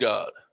God